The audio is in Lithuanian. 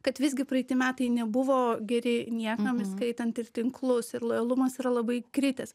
kad visgi praeiti metai nebuvo geri niekam įskaitant ir tinklus ir lojalumas yra labai kritęs